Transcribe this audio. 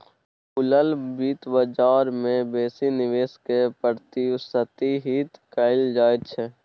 खुलल बित्त बजार मे बेसी निवेश केँ प्रोत्साहित कयल जाइत छै